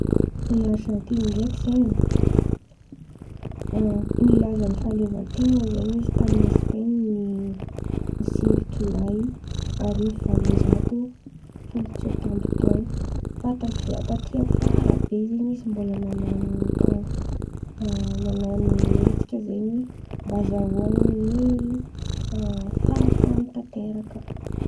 I Arzantin̈y ndraiky zen̈y a nilaza ny fahaleovan-ten̈any zen̈y izy tamin’i Espain̈a ny sivy jolay arivo valon-jato folo tsôta amby taon̈a fa taf- taty afara be zen̈y izy mbôla nan̈ano taon̈o nan̈ano hetsika zen̈y mba ahazaoany ny fahafahany tanteraka.